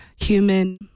human